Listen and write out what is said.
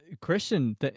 Christian